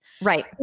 Right